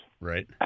Right